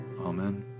Amen